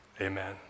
amen